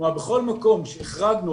כלומר בכל מקום שהחרגנו,